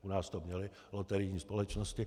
U nás to měly loterijní společnosti.